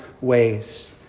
ways